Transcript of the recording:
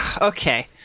Okay